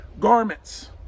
garments